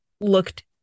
looked